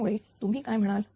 त्यामुळे तुम्ही काय म्हणाल